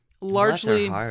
Largely